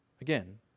Again